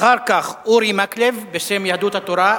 אחר כך, אורי מקלב בשם יהדות התורה.